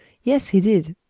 yes, he did.